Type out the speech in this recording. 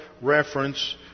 reference